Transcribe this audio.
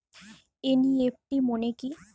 NEFT মনে কি?